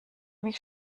mich